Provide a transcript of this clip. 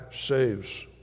saves